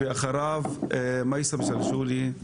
חברת תוכנה גרמנית, מעלה מ-100,000 איש